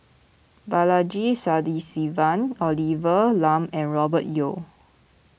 Balaji Sadasivan Olivia Lum and Robert Yeo